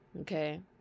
Okay